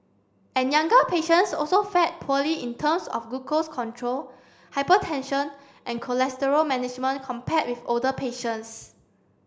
and younger patients also fared poorly in terms of glucose control hypertension and cholesterol management compared with older patients